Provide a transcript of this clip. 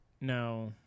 no